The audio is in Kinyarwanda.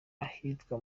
ahitwa